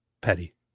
petty